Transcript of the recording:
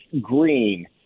Green—